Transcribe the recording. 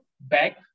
back